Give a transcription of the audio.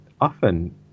Often